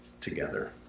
together